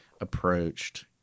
approached